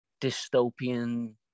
dystopian